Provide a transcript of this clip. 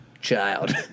child